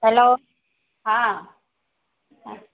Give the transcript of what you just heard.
hello हँ अच्छे